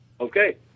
Okay